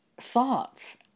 thoughts